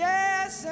Yes